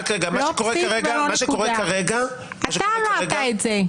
מה שקורה כרגע --- אתה אמרת את זה.